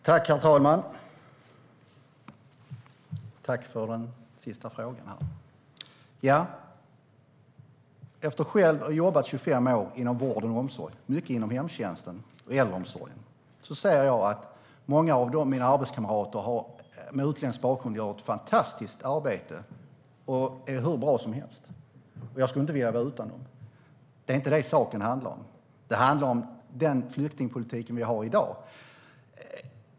Herr talman! Jag tackar för den sista frågan. Ja, efter att själv ha jobbat inom vården och omsorgen i 25 år - mycket inom hemtjänsten och äldreomsorgen - ser jag att många av mina arbetskamrater med utländsk bakgrund gör ett fantastiskt arbete och är hur bra som helst. Jag skulle inte vilja vara utan dem. Men det är inte det saken handlar om, utan detta handlar om den flyktingpolitik vi har i dag.